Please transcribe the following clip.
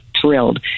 thrilled